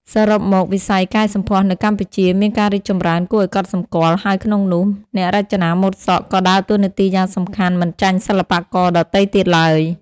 សរុបមក វិស័យកែសម្ផស្សនៅកម្ពុជាមានការរីកចម្រើនគួរឱ្យកត់សម្គាល់ ហើយក្នុងនោះ អ្នករចនាម៉ូដសក់ ក៏ដើរតួនាទីយ៉ាងសំខាន់មិនចាញ់សិល្បករដទៃទៀតឡើយ។